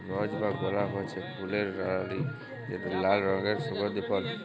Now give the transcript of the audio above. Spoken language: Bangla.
রজ বা গোলাপ হছে ফুলের রালি যেট লাল রঙের সুগল্ধি ফল